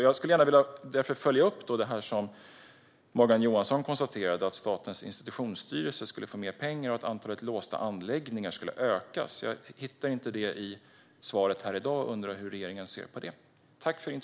Jag skulle gärna vilja följa upp det som Morgan Johansson konstaterade - att Statens institutionsstyrelse ska få mer pengar och att antalet låsta anläggningar ska ökas. Jag hittar inte detta i svaret här i dag och undrar hur regeringen ser på det.